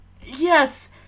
Yes